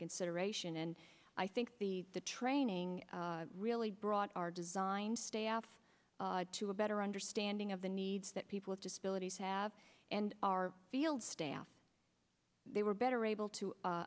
consideration and i think the the training really brought our design staff to a better understanding of the needs that people of disabilities have and our field staff they were better able to